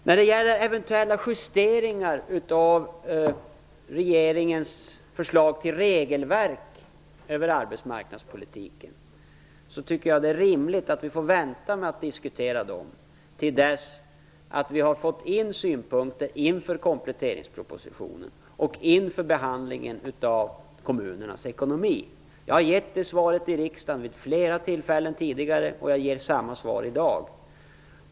När det gäller eventuella justeringar av regeringens förslag till regelverk över arbetsmarknadspolitiken är det rimligt att vi väntar med att diskutera frågan till dess att vi har fått in synpunkter inför kompletteringspropositionen och inför behandlingen av kommunernas ekonomi. Jag har gett det svaret vid flera tillfällen i riksdagen tidigare, och jag ger samma svar i dag.